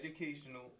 educational